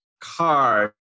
card